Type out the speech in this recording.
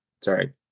sorry